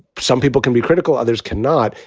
some people can be critical. others cannot.